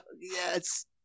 Yes